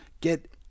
get